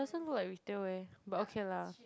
doesn't look like retail eh but okay lah